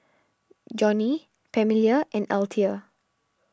Johnny Pamelia and Althea